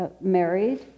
married